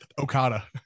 Okada